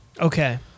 Okay